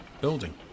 building